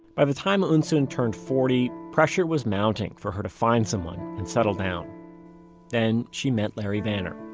by the time eunsoon turned forty, pressure was mounting for her to find someone and settle down then she met larry vanner.